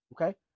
okay